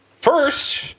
First